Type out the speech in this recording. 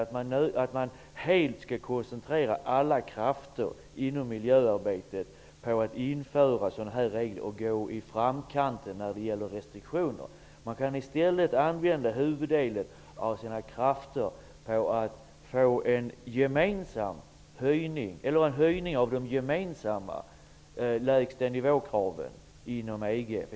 Det är inte nödvändigt att koncentrera alla krafter inom miljöarbetet för att införa sådana här regler och gå i frontlinjen när det gäller restriktioner. I stället kan man använda huvuddelen av sina krafter till att få en höjning av de gemensamma kraven på lägsta nivå inom EG.